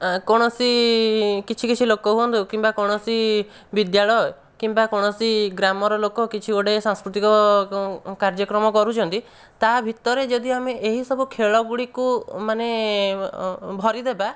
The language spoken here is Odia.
କୌଣସି କିଛି କିଛି ଲୋକ ହୁଅନ୍ତୁ କିମ୍ବା କୌଣସି ବିଦ୍ୟାଳୟ କିମ୍ବା କୌଣସି ଗ୍ରାମର ଲୋକ କିଛି ଗୋଟିଏ ସାଂସ୍କୃତିକ କାର୍ଯ୍ୟକ୍ରମ କରୁଛନ୍ତି ତା ଭିତରେ ଯଦି ଆମେ ଏହିସବୁ ଖେଳ ଗୁଡ଼ିକୁ ମାନେ ଭରିଦେବା